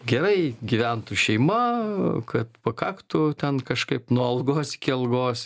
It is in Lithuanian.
gerai gyventų šeima kad pakaktų ten kažkaip nuo algos iki algos